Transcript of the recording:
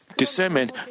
Discernment